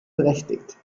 berechtigt